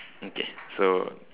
okay so